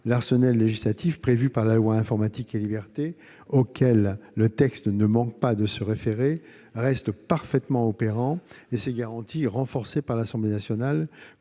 l'arsenal législatif de la loi Informatique et libertés, auquel le texte ne manque pas de se référer, reste parfaitement opérant, et les garanties qu'il apporte, renforcées par l'Assemblée nationale,